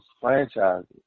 franchises